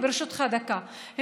ברשותך, דקה.